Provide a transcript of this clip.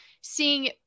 seeing